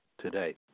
today